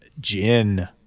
gin